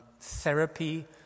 therapy